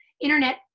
internet